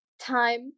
time